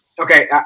Okay